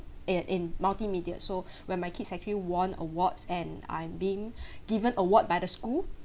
in in multimedia so when my kids actually won awards and I've been given award by the school